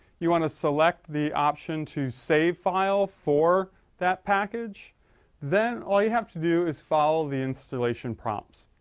you wanna select the option to save file four that package then all you have to do is follow the installation props